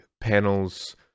panels